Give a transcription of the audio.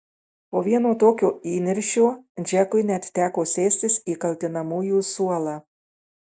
po vieno tokio įniršio džekui net teko sėstis į kaltinamųjų suolą